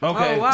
Okay